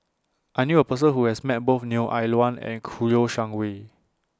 I knew A Person Who has Met Both Neo Ah Luan and Kouo Shang Wei